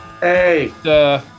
Hey